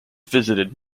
visited